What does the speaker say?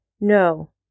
No